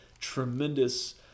tremendous